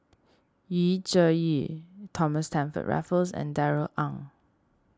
Yu Zhuye Thomas Stamford Raffles and Darrell Ang